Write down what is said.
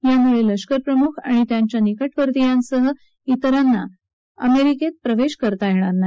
यामुळे लष्करप्रमुख आणि त्यांच्या निकटवर्तींयासह तेरांना अमेरिकेत प्रवेश करता येणार नाही